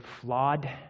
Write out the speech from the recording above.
flawed